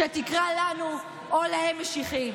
שתקרא לנו או להם "משיחיים"?